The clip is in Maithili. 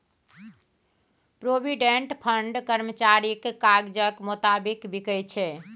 प्रोविडेंट फंड कर्मचारीक काजक मोताबिक बिकै छै